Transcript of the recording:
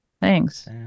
thanks